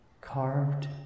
Carved